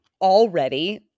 already